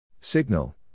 Signal